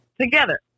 together